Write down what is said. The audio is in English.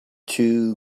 too